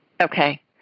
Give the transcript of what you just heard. Okay